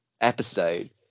episode